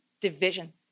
Division